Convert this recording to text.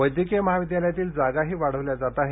वैद्यकीय महाविद्यालयातील जागाही वाढविल्या जात आहेत